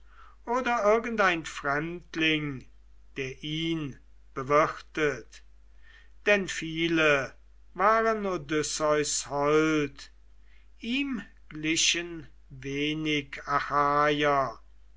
oder irgendein fremdling der ihn bewirtet denn viele waren odysseus hold ihm glichen wenig